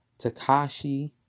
Takashi